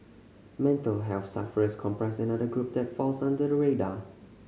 mental health sufferers comprise another group that falls under the radar